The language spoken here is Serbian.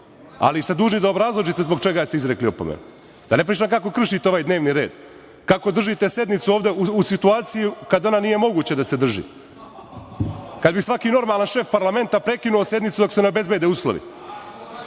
ali ste dužni da obrazložite zbog čega ste izrekli opomenu, da ne pričam kako kršite ovaj dnevni red, kako držite sednicu u situaciji, kada ona nije moguća da se drži. Kad bi svaki normalan šef parlamenta prekinuo sednicu, dok se ne obezbede uslovi.